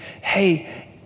Hey